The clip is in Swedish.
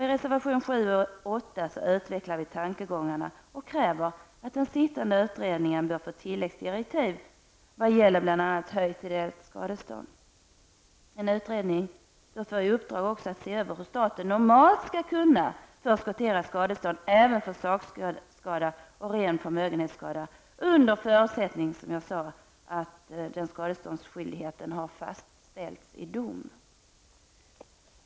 I reservationerna 7 och 8 utvecklar vi tankegångarna och kräver att den sittande utredningen bör få tilläggsdirektiv vad gäller bl.a. höjt ideellt skadestånd. En utredning bör få i uppdrag att även se över hur staten normalt skall kunna förskottera skadestånd även för sakskada och ren förmögenhetskada under förutsättning att skadeståndsskyldigheten fastställts i dom.